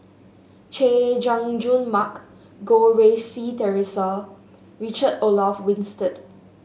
Chay Jung Jun Mark Goh Rui Si Theresa Richard Olaf Winstedt